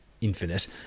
infinite